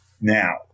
Now